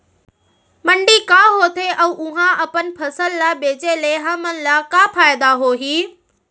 मंडी का होथे अऊ उहा अपन फसल ला बेचे ले हमन ला का फायदा होही?